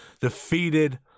defeated